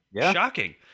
Shocking